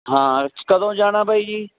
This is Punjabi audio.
ਹਾਂ ਕਦੋਂ ਜਾਣਾ ਬਾਈ ਜੀ